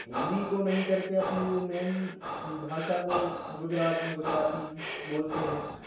हिन्दी को नहीं करके अपनी वे मैन भाषा को गुजरात में गुजराती बोलते हैं